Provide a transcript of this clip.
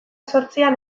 zortzian